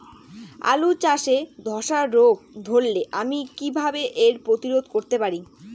আলু চাষে ধসা রোগ ধরলে আমি কীভাবে এর প্রতিরোধ করতে পারি?